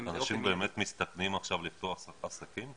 --- ואנשים באמת מסתכנים עכשיו לפתוח עסקים?